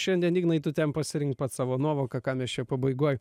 šiandien ignai tu ten pasirink pats savo nuovoka ką mes čia pabaigoj